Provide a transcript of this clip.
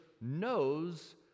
knows